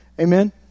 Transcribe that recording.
Amen